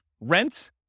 rent